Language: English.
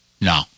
No